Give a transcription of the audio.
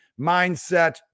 mindset